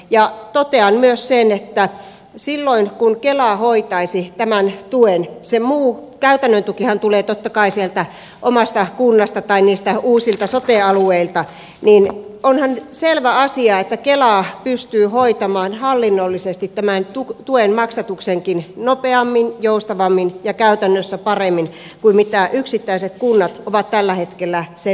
ja totean myös sen että silloin kun kela hoitaisi tämän tuen se muu käytännön tukihan tulee totta kai sieltä omasta kunnasta tai niiltä uusilta sote alueilta niin onhan selvä asia että kela pystyisi hoitamaan hallinnollisesti tämän tuen maksatuksenkin nopeammin joustavammin ja käytännössä paremmin kuin miten yksittäiset kunnat ovat tällä hetkellä sen tehneet